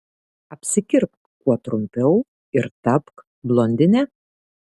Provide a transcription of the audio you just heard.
apsikirpk kuo trumpiau ir tapk blondine